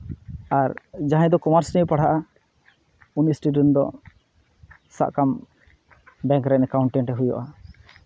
ᱟᱨ ᱡᱟᱦᱟᱸᱭ ᱫᱚ ᱠᱚᱢᱟᱨᱥ ᱱᱤᱭᱮ ᱯᱟᱲᱦᱟᱜᱼᱟ ᱩᱱᱤ ᱥᱴᱩᱰᱮᱱᱴ ᱫᱚ ᱥᱟᱵ ᱠᱟᱜ ᱟᱢ ᱵᱮᱝᱠ ᱨᱮᱱ ᱮᱠᱟᱣᱩᱱᱴᱴᱮᱱᱴ ᱮ ᱦᱩᱭᱩᱜᱼᱟ